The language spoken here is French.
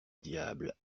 diable